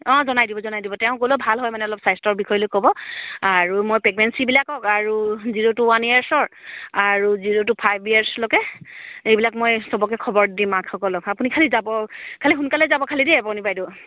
অঁ জনাই দিব জনাই দিব তেওঁ ক'লেও ভাল হয় মানে অলপ স্বাস্থ্যৰ বিষয়লৈ ক'ব আৰু মই প্ৰেগনেঞ্চিবিলাকক আৰু জিৰ' টু ওৱান ইয়েৰ্চৰ আৰু জিৰ' টু ফাইভ ইয়েৰ্চলৈকে এইবিলাক মই সবকে খবৰ দিম মাকসকলক আপুনি খালি যাব খালি সোনকালে যাব খালি দেই অৱণী বাইদেউ